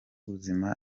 buzima